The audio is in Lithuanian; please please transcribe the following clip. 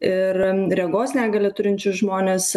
ir regos negalią turinčius žmones